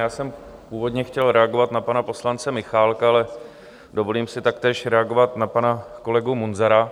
Já jsem původně chtěl reagovat na pana poslance Michálka, ale dovolím si taktéž reagovat na pana kolegu Munzara.